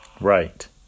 Right